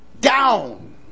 down